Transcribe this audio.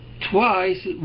twice